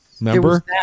Remember